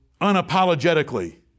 unapologetically